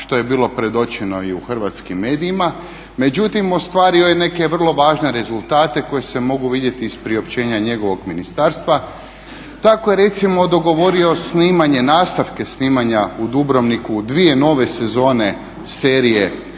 što je bilo predočeno i u hrvatskim medijima. Međutim, ostvario je neke vrlo važne rezultate koji se mogu vidjeti iz priopćenja njegovog ministarstva. Tako je recimo dogovorio snimanje, nastavke snimanja u Dubrovniku dvije nove sezone serije